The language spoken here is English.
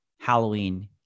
Halloween